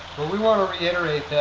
but we want to reiterate